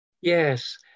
Yes